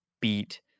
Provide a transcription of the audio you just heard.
beat